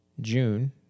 June